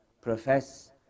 profess